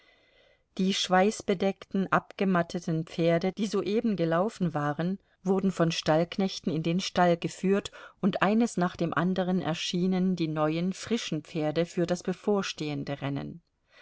die schweißbedeckten abgematteten pferde die soeben gelaufen waren wurden von stallknechten in den stall geführt und eines nach dem anderen er schienen die neuen frischen pferde für das bevorstehende rennen